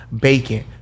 Bacon